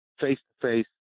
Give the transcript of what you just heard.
face-to-face